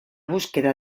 búsqueda